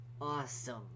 awesome